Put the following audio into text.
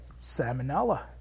salmonella